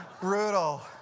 brutal